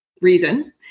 reason